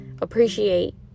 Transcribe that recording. appreciate